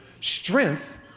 strength